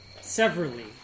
severally